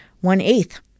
one-eighth